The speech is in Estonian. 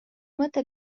mõte